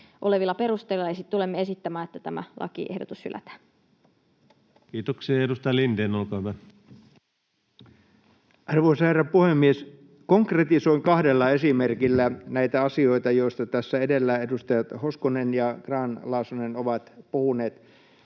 olevilla perusteilla tulemme esittämään, että tämä lakiehdotus hylätään. Kiitoksia. — Ja edustaja Lindén, olkaa hyvä. Arvoisa herra puhemies! Konkretisoin kahdella esimerkillä näitä asioita, joista tässä edellä edustajat Hoskonen ja Grahn-Laasonen ovat puhuneet.